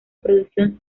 producción